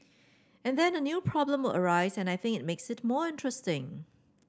and then a new problem will arise and I think makes it more interesting